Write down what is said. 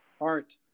Art